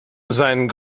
sein